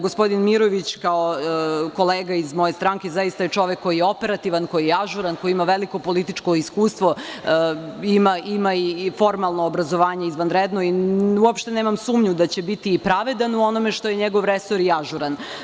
Gospodin Mirović, kao kolega iz moje stranke, zaista je čovek koji je operativan, koji je ažuran, koji ima veliko političko iskustvo, ima i formalno obrazovanje izvanredno, i uopšte nemam sumnju da će biti pravedan u onome što je njegov resor i ažuran.